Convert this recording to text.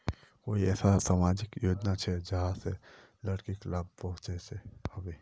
कोई ऐसा सामाजिक योजना छे जाहां से लड़किक लाभ पहुँचो हो?